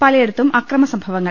പലയിടത്തും അക്രമസംഭവ ങ്ങൾ